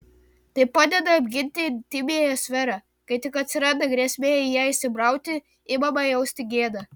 tai padeda apginti intymiąją sferą kai tik atsiranda grėsmė į ją įsibrauti imame jausti gėdą